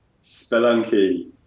Spelunky